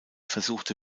versuchte